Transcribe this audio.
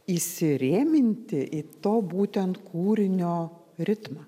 įsirėminti į to būtent kūrinio ritmą